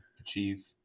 achieve